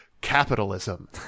capitalism